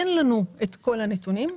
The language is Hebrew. אין לנו את כל הנתונים.